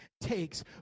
takes